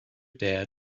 dare